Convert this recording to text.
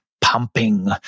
pumping